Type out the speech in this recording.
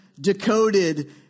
decoded